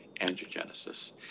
angiogenesis